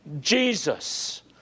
Jesus